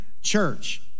church